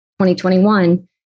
2021